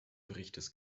berichtes